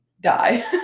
die